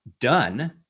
done